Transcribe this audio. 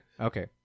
okay